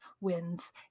wins